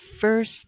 first